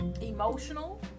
emotional